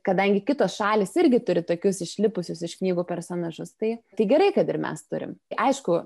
kadangi kitos šalys irgi turi tokius išlipusius iš knygų personažus tai tai gerai kad ir mes turim aišku